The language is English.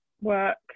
work